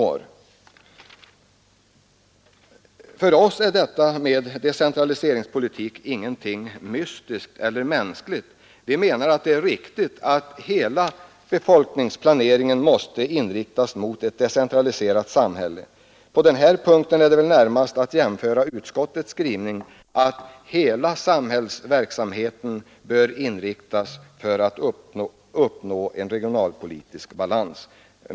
För oss inom centern är detta med decentraliseringspolitik ingenting mystiskt eller märkligt. Vi anser att det är viktigt att hela samhällsplaneringen måste inriktas mot ett decentraliserat samhälle. Man kan jämföra detta med utskottets skrivning, att hela samhällsverksamheten bör inriktas på att uppnå en regionalpolitisk balans.